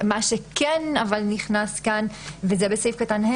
מה שכן נכנס כאן בסעיף קטן (ה),